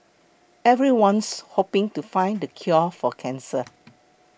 everyone's hoping to find the cure for cancer